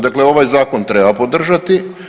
Dakle, ovaj zakon treba podržati.